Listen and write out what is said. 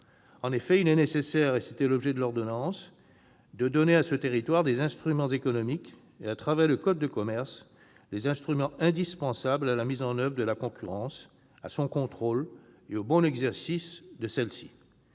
En effet, il est nécessaire- c'était l'objet de l'ordonnance -de donner à ce territoire des instruments économiques et, à travers le code de commerce, les outils indispensables à la mise en oeuvre de la concurrence, à son contrôle et à son bon exercice. Aussi